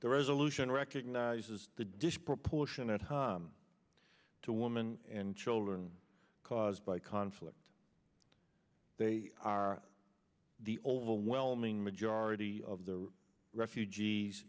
the resolution recognizes the disproportionate to women and children caused by conflict they are the overwhelming majority of the refugees